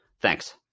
Thanks